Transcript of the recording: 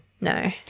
No